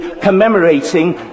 commemorating